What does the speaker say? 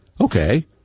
okay